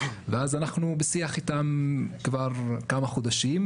אנחנו בשיח איתם כבר כמה חודשים,